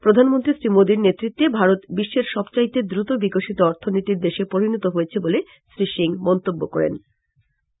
প্রধানমন্ত্রী শ্রী মোদীর নেতৃত্বে ভারত বিশ্বের সবচাইতে দুত বিকশিত অর্থনীতির দেশে পরিণত হয়েছে বলে শ্রী সিং মন্তব্য করেন